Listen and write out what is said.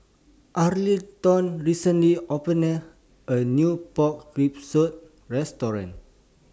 Arlington recently opened A New Pork Rib Soup Restaurant